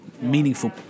meaningful